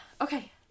Okay